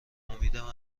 امیدم